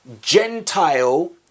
Gentile